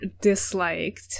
disliked